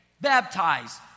baptize